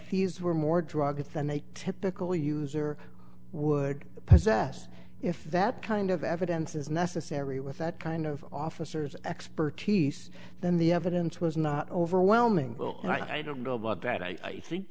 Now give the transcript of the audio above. these were more drugs than a typical user would possess if that kind of evidence is necessary with that kind of officers expertise then the evidence was not overwhelming and i don't know about that i think